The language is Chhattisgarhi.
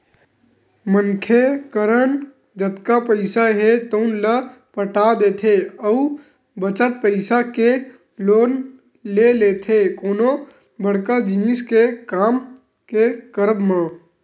मनखे करन जतका पइसा हे तउन ल पटा देथे अउ बचत पइसा के लोन ले लेथे कोनो बड़का जिनिस के काम के करब म